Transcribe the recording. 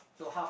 so half